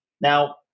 Now